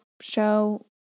show